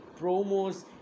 promos